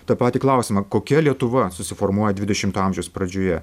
tą patį klausimą kokia lietuva susiformuoja dvidešimto amžiaus pradžioje